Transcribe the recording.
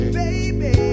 baby